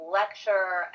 lecture